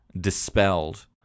dispelled